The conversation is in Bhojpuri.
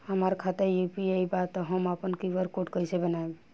हमार खाता यू.पी.आई बा त हम आपन क्यू.आर कोड कैसे बनाई?